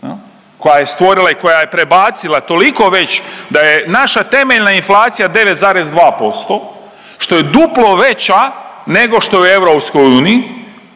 koja je stvorila i koja je prebacila toliko već da je naša temeljna inflacija 9,2% što je duplo veća nego što je u EU